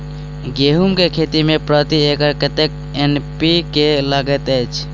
गेंहूँ केँ खेती मे प्रति एकड़ कतेक एन.पी.के लागैत अछि?